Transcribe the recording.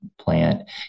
plant